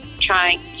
trying